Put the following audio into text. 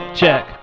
check